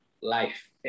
life